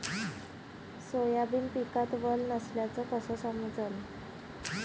Soybean पिकात वल नसल्याचं कस समजन?